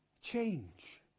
change